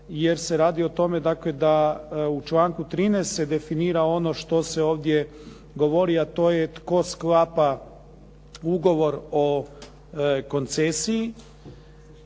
jer se radi o tome dakle da u članku 13. se definira ono što se ovdje govori, a to je tko sklapa ugovor o koncesiji.